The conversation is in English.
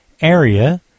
area